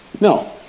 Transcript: No